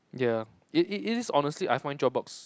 ya it it it is I honestly find Dropbox